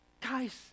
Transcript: guys